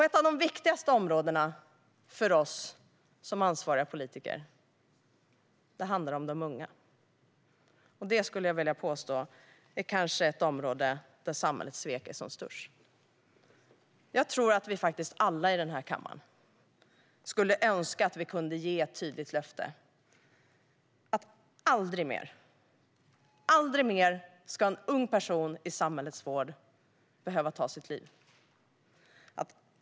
Ett av de viktigaste områdena för oss som ansvariga politiker handlar om de unga. Det skulle jag vilja påstå är ett område där samhällets svek kanske är som störst. Jag tror att vi alla i denna kammare skulle önska att vi kunde ge ett tydligt löfte att aldrig mer ska en ung person i samhällets vård behöva ta sitt liv.